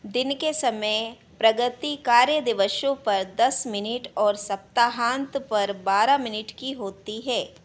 दिन के समय प्रगति कार्यदिवसों पर दस मिनट और सप्ताहान्त पर बारह मिनट की होती है